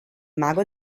mago